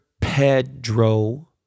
Pedro